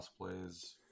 cosplays